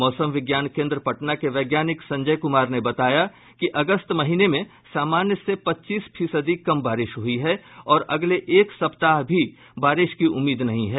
मौसम विज्ञान केन्द्र पटना के वैज्ञानिक संजय कुमार ने बताया कि अगस्त महीने में सामान्य से पच्चीस फीसदी कम बारिश हुई है और अगले एक सप्ताह भी बारिश की उम्मीद नहीं है